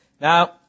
Now